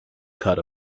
cut